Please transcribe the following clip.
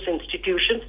institutions